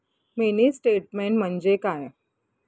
Mini statement म्हणजे काय?